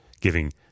giving